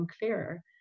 clearer